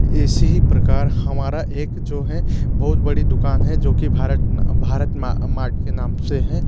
इसी ही प्रकार हमारा एक जो है बहुत बड़ी दुकान है जो कि भारत भारत मार्ट के नाम से है